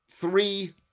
three